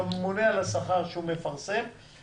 שהממונה על השכר מפרסם את הנתונים,